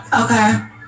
Okay